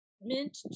mint